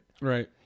Right